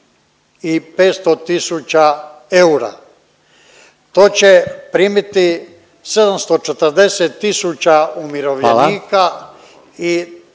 i 500 tisuća eura. To će primiti 740 tisuća umirovljenika …